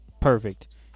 perfect